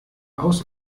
aus